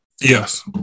Yes